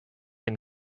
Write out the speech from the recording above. and